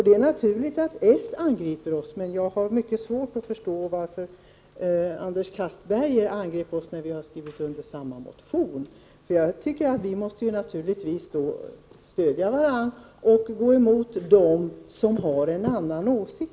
Det är naturligt att socialdemokraterna angriper oss, men jag har mycket svårt att förstå varför Anders Castberger angrep oss, när vi har skrivit under samma reservation. Jag tycker att vi måste stödja varandra och gå emot dem som har en annan åsikt.